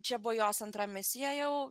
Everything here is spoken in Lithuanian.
čia buvo jos antra misija jau